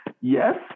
Yes